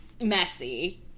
messy